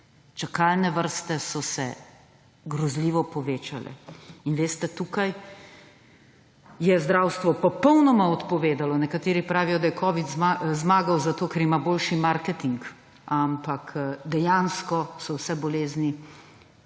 Čakalne vrste so se grozljivo povečale in tukaj je zdravstvo popolnoma odpovedalo. Nekateri pravijo, da je covid zmagal, ker ima boljši marketing. Ampak dejansko so vse bolezni